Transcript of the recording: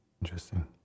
Interesting